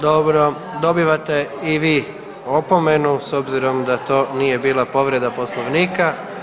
Dobro, dobivate i vi opomenu s obzirom da to nije bila povreda Poslovnika.